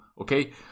okay